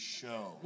show